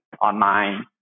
online